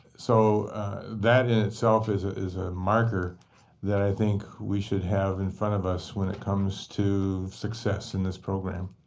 so that, in itself, is ah is a marker that i think we should in front of us when it comes to success in this program.